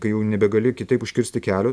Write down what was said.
kai jau nebegali kitaip užkirsti kelio